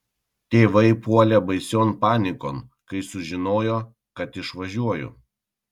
tėvai puolė baision panikon kai sužinojo kad išvažiuoju